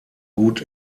gut